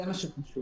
זה מה שחשוב.